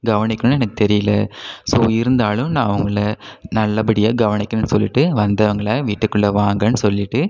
கவனிக்கணும்னு எனக்கு தெரியல ஸோ இருந்தாலும் நான் அவங்களை நல்லபடியாக கவனிக்கணுன்னு சொல்லிவிட்டு வந்தவங்களை வீட்டுக்குள்ளே வாங்கன்னு சொல்லிவிட்டு